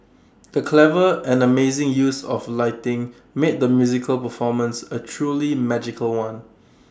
the clever and amazing use of lighting made the musical performance A truly magical one